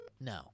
No